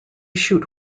shoot